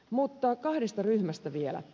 mutta kahdesta ryhmästä vielä